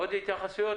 עוד התייחסויות?